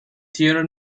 theater